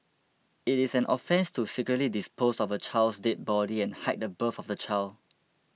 it is an offence to secretly dispose of a child's dead body and hide the birth of the child